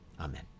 Amen